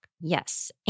Yes